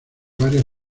varios